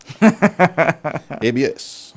ABS